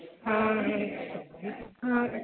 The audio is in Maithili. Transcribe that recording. हँ हँ